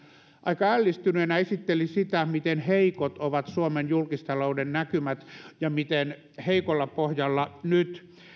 aika ällistyneenä esitteli sitä miten heikot ovat suomen julkistalouden näkymät ja miten heikolla pohjalla nyt